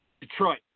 Detroit